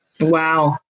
Wow